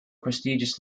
prestigious